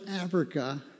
Africa